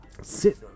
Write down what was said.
sit